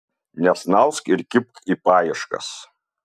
nesnausk ir kibk į paieškas